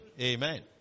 Amen